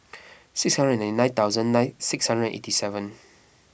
six hundred and ninety thousand nine six hundred and eighty seven